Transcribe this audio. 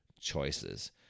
choices